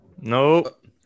Nope